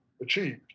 achieved